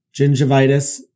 gingivitis